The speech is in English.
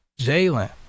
Jalen